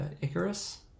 Icarus